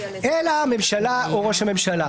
אלא הממשלה או ראש הממשלה.